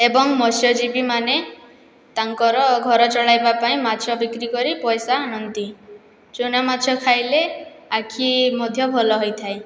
ଏବଂ ମତ୍ସ୍ୟଜୀବୀମାନେ ତାଙ୍କର ଘର ଚଳାଇବା ପାଇଁ ମାଛ ବିକ୍ରିକରି ପଇସା ଆଣନ୍ତି ଚୁନାମାଛ ଖାଇଲେ ଆଖି ମଧ୍ୟ ଭଲ ହୋଇଥାଏ